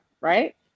right